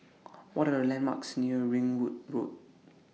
What Are The landmarks near Ringwood Road